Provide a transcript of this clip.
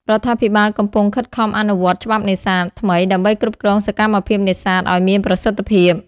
រដ្ឋាភិបាលកំពុងខិតខំអនុវត្ត ច្បាប់នេសាទ ថ្មីដើម្បីគ្រប់គ្រងសកម្មភាពនេសាទឱ្យមានប្រសិទ្ធភាព។